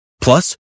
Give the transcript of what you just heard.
Plus